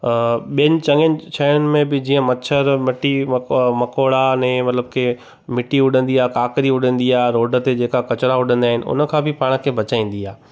ॿियनि चङनि शहिरनि में बि जीअं मच्छर मट्टी मको मकोड़ा ने मतिलबु के मिट्टी उॾंदी आहे काकरी उॾंदी आहे रोड ते जेका कचिरा उॾंदा आहिनि उन खां बि पाण खे बचाईंदी आहे